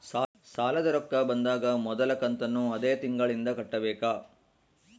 ಸಾಲದ ರೊಕ್ಕ ಬಂದಾಗ ಮೊದಲ ಕಂತನ್ನು ಅದೇ ತಿಂಗಳಿಂದ ಕಟ್ಟಬೇಕಾ?